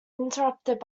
interrupted